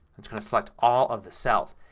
it's going to select all of the cells.